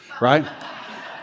right